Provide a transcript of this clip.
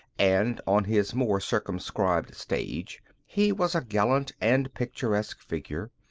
and, on his more circumscribed stage, he was a gallant and picturesque figure,